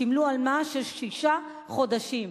שילמו עמלה של שישה חודשים,